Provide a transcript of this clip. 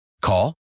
Call